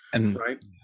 right